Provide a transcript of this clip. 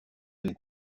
les